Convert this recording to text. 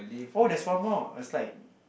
oh there's one more it's like